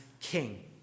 King